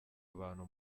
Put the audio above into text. abantu